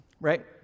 right